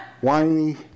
Whiny